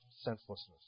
senselessness